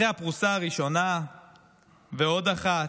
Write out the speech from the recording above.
אחרי הפרוסה הראשונה ועוד אחת,